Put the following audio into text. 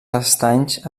estanys